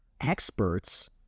experts